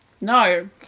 No